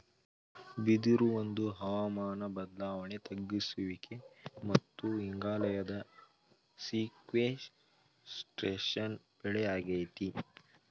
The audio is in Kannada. ಬಿದಿರು ಒಂದು ಹವಾಮಾನ ಬದ್ಲಾವಣೆ ತಗ್ಗಿಸುವಿಕೆ ಮತ್ತು ಇಂಗಾಲದ ಸೀಕ್ವೆಸ್ಟ್ರೇಶನ್ ಬೆಳೆ ಆಗೈತೆ